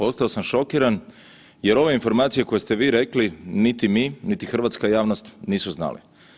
Ostao sam šokiran jer ova informacija koje ste vi rekli niti mi, niti hrvatska javnost nisu znali.